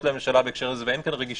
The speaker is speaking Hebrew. לממשלה בהקשר הזה ואין כאן רגישות,